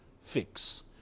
fix